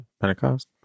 pentecost